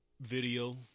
video